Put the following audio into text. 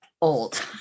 old